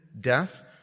death